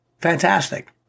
fantastic